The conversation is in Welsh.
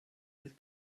oedd